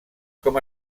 com